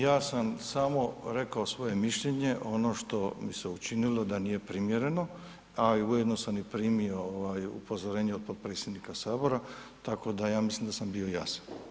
Ja sam samo rekao svoje mišljenje, ono što mi se učinilo da nije primjereno a i ujedno sam i primio upozorenje od potpredsjednika Sabora tako da ja mislim da sam bio jasan.